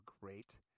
great